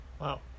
Wow